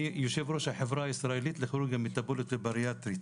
יושב ראש החברה הישראלית לכירורגיה מטבולית ובריאטרית.